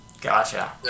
gotcha